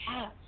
yes